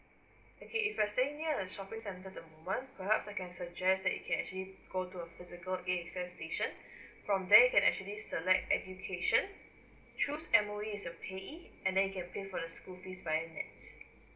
okay if you're staying near a shopping center at the moment perhaps I can suggest that you can actually go to a physical A_X_S station from there you can actually select education choose M_O_E as a payee and then you can pay for the school fees via nets